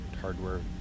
hardware